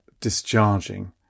discharging